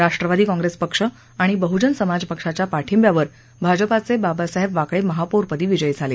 राष्ट्रवादी काँग्रेस पक्ष आणि बहुजन समाज पक्षाच्या पाठिब्यावर भाजपाचे बाबासाहेब वाकळे महापौरपदी विजयी झाले